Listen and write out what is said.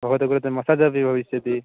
भवतः कृते मसाज् अपि भविष्यति